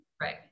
Right